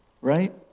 Right